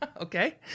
okay